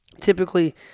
typically